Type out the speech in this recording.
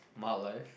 my life